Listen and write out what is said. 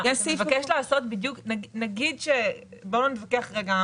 בואו לא נתווכח כרגע,